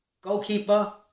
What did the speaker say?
Goalkeeper